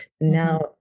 now